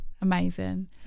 amazing